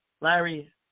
Larry